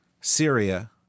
Syria